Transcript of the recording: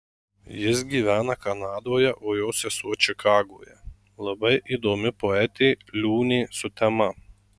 jis gyvena kanadoje o jo sesuo čikagoje labai įdomi poetė liūnė sutema